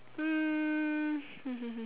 hmm